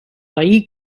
veí